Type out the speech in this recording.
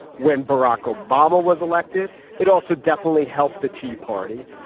when barack obama was elected it also definitely helped the tea party.